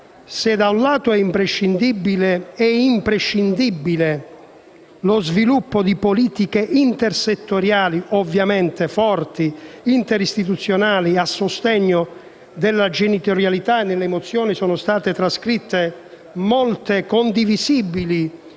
Se da un lato è imprescindibile lo sviluppo di politiche intersettoriali, ovviamente forti, e interistituzionali a sostegno della genitorialità - e nelle mozioni sono state trascritte molte condivisibili